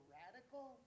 radical